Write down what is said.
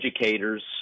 educators